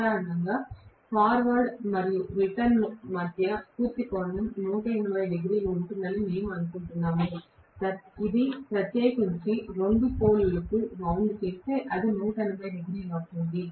సాధారణంగా ఫార్వర్డ్ మరియు రిటర్న్ మధ్య పూర్తి కోణం 180 డిగ్రీలు ఉంటుందని మేము అనుకుంటాము ప్రత్యేకించి రెండు పోల్ లకు వౌండ్ చేస్తే అది 180 డిగ్రీలు అవుతుంది